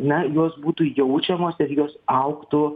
ns jos būtų jaučiamos ir jos augtų